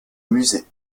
musées